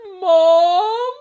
Mom